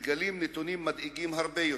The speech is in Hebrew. מתגלים נתונים מדאיגים הרבה יותר: